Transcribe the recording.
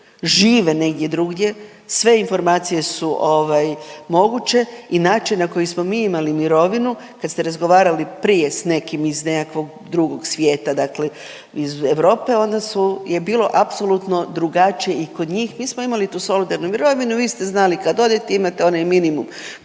žive negdje drugdje sve informacije su ovaj moguće i način na koji smo mi imali mirovinu kad ste razgovarali prije s nekim iz nekakvog drugo svijeta dakle iz Europe onda su, je bilo apsolutno drugačije i kod njih. Mi smo imali tu solidarnu mirovinu vi ste znali kad odete imate onaj minimum